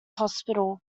hospital